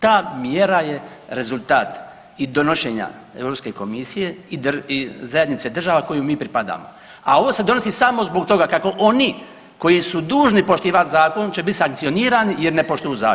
Ta mjera je rezultat i donošenja Europske komisije i zajednice država kojoj mi pripadamo, a ovo se donosi samo zbog toga kako oni koji su dužni poštivat zakon će biti sankcionirani jer ne poštuju zakon.